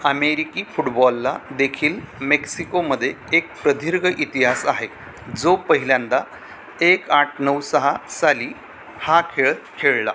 अमेरिकी फुडबॉललादेखील मेक्सिकोमध्ये एक प्रदीर्घ इतिहास आहे जो पहिल्यांदा एक आठ नऊ सहा साली हा खेळ खेळला